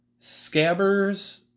Scabbers